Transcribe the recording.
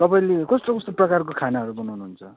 तपाईँले कस्तो कस्तो प्रकारको खानाहरू बनाउनु हुन्छ